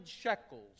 shekels